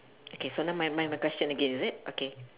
okay so now my my my question again is it okay